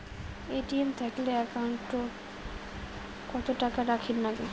ATM থাকিলে account ওত কত টাকা রাখীর নাগে?